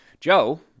Joe